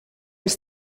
ens